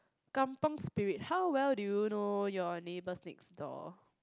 Kampung Spirit how well do you know your neighbours next door